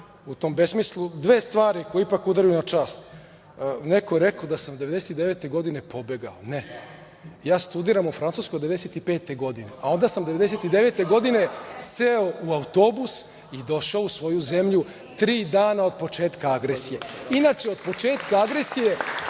u tom besmislu. Dve stvari koje ipak udaraju na čast, neko je rekao da sam 1999. godine pobegao. Ne, ja studiram u Francuskoj od 1995. godine, a onda sam 1999. godine seo u autobus i došao u svoju zemlju tri dana od početka agresije. Inače, od početka agresije,